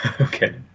Okay